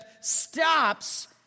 stops